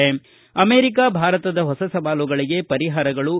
America ಭಾರತದ ಹೊಸ ಸವಾಲುಗಳಿಗೆ ಪರಿಹಾರಗಳು